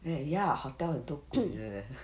then ya hotel 很多鬼了